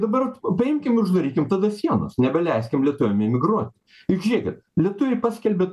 dabar paimkim ir uždarykim tada sienas nebeleiskim lietuviam emigruot juk žiūrėkit lietuviai paskelbė